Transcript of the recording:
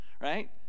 right